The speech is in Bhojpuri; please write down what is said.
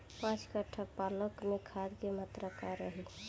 पाँच कट्ठा पालक में खाद के मात्रा का रही?